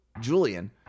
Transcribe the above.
Julian